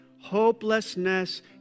Hopelessness